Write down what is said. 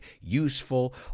useful